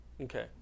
Okay